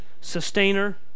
sustainer